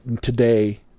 today